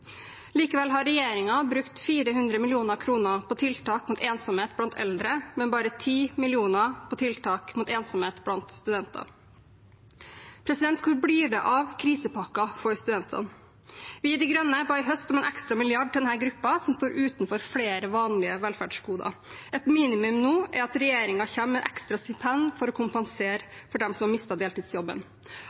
Likevel har regjeringen brukt 400 mill. kr på tiltak mot ensomhet blant eldre, men bare 10 mill. kr på tiltak mot ensomhet blant studentene. Hvor blir det av krisepakken for studentene? Vi i De Grønne ba i høst om en ekstra milliard til denne gruppen, som står utenfor flere vanlige velferdsgoder. Et minimum nå er at regjeringen kommer med et ekstra stipend for å kompensere dem som mistet deltidsjobben, at en innfører rett til dagpenger for nyutdannede som